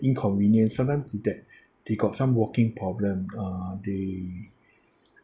inconvenient sometime that they got some walking problem uh the